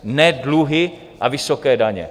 Ne dluhy a vysoké daně.